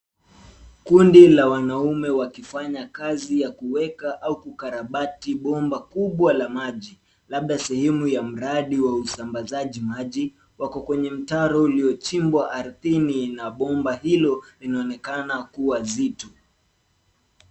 Kundi la wanaume wakifanya kazi ya kuweka au kukarabati bomba kubwa la maji. Labda sehemu ya mradi wa usambazaji maji, wako kwenye mtaro uliochimbwa ardhini na bomba hilo, linaonekana kuwa zito.